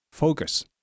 focus